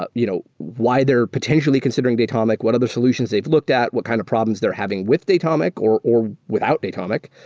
ah you know why they're potentially considering datomic? what other solutions they've looked at? what kind of problems they're having with datomic or or without datomic?